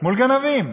מול גנבים.